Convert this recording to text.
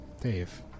Dave